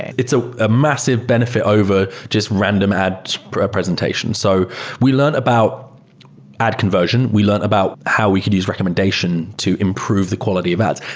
it's ah a massive benefit over. just random ad presentation. so we learned about ad conversion. we learned about how we could use recommendation to improve the quality of ads.